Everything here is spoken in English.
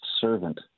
servant